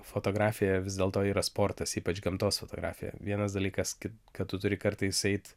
fotografija vis dėlto yra sportas ypač gamtos fotografija vienas dalykas kad tu turi kartais eit